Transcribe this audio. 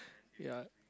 ya